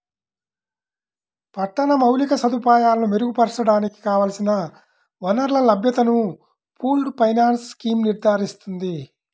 పట్టణ మౌలిక సదుపాయాలను మెరుగుపరచడానికి కావలసిన వనరుల లభ్యతను పూల్డ్ ఫైనాన్స్ స్కీమ్ నిర్ధారిస్తుంది